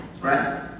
right